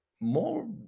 more